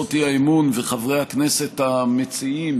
הצעות האי-אמון וחברי הכנסת המציעים